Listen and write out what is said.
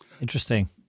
Interesting